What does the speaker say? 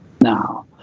now